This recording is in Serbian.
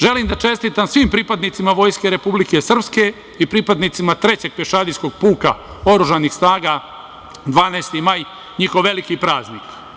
Želim da čestitam svim pripadnicima Vojske Republike Srpske i pripadnicima Trećeg pešadijskog puka oružanih snaga 12. maj njihov veliki praznik.